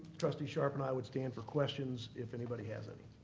trustee sharp and i would stand for questions if anybody has any.